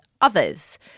others